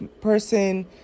person